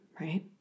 right